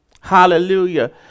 Hallelujah